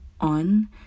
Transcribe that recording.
on